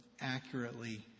accurately